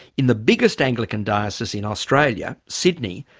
in the biggest anglican diocese in australia, sydney,